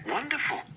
Wonderful